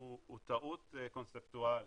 הוא טעות קונספטואלית.